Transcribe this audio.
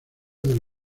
del